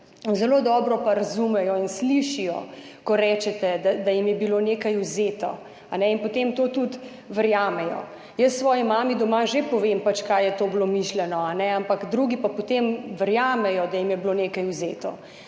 Zelo dobro pa razumejo in slišijo, ko rečete, da jim je bilo nekaj vzeto. In potem to tudi verjamejo. Jaz svoji mami doma že povem, kako je bilo to mišljeno, drugi pa potem verjamejo, da jim je bilo nekaj vzeto.